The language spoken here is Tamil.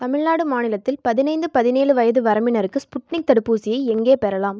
தமிழ்நாடு மாநிலத்தில் பதினைந்து பதினேழு வயது வரம்பினருக்கு ஸ்புட்னிக் தடுப்பூசியை எங்கே பெறலாம்